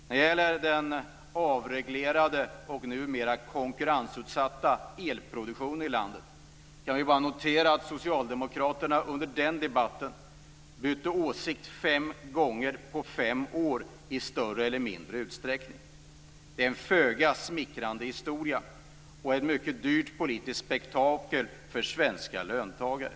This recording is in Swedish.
När det gäller den avreglerade och numera konkurrensutsatta elproduktionen i landet kan vi bara notera att socialdemokraterna under den debatten bytte åsikt fem gånger på fem år i större eller mindre utsträckning. Det är en föga smickrande historia och ett mycket dyrt politiskt spektakel för svenska löntagare.